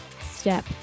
step